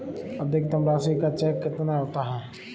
अधिकतम राशि का चेक कितना होता है?